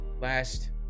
last